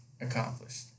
Accomplished